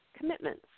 commitments